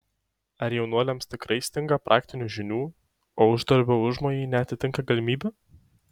ar jaunuoliams tikrai stinga praktinių žinių o uždarbio užmojai neatitinka galimybių